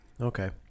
Okay